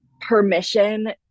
permission